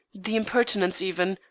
the impertinence even,